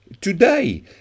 today